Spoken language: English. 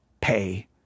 pay